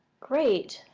great.